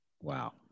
Wow